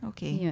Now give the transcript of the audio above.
Okay